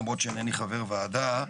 למרות שאינני חבר ועדה,